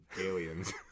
aliens